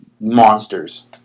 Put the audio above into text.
monsters